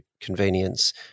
convenience